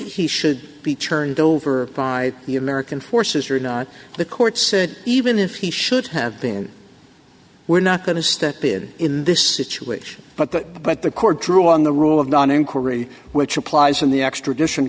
he should be turned over by the american forces or not the court said even if he should have been we're not going to step in in this situation but the but the court drew on the rule of none inquiry which applies in the extradition